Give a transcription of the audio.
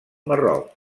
marroc